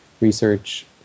research